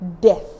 Death